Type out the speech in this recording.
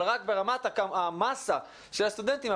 אבל ברמת המסה של הסטודנטים,